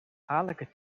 adellijke